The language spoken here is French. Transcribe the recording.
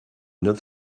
neuf